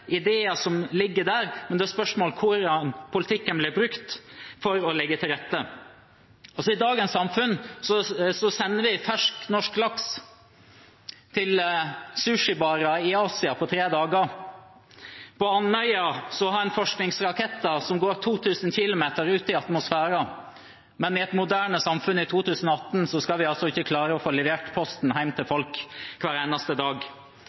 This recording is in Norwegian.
ideer som ligger der, men spørsmålet er hvordan politikken blir brukt for å legge til rette. I dagens samfunn sender vi fersk norsk laks til sushibarer i Asia på tre dager. På Andøya har en forskningsraketter som går 2 000 km opp i atmosfæren. Men i et moderne samfunn i 2018 skal vi altså ikke klare å få levert posten hjem til folk hver eneste dag.